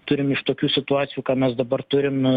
turim iš tokių situacijų ką mes dabar turim